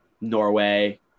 Norway